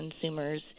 consumers